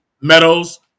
Meadows